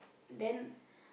then